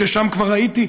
ששם כבר הייתי,